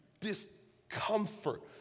discomfort